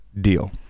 deal